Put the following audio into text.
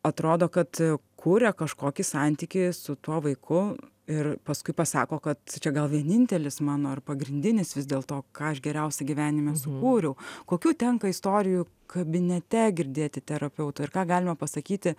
atrodo kad kuria kažkokį santykį su tuo vaiku ir paskui pasako kad čia gal vienintelis mano ir pagrindinis vis dėlto ką aš geriausio gyvenime sukūriau kokių tenka istorijų kabinete girdėti terapeuto ir ką galime pasakyti